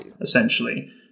essentially